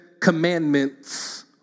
commandments